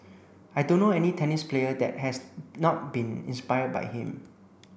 I don't know any tennis player that has not been inspired by him